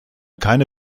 keine